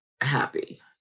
happy